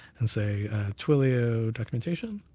and say twilio documentation,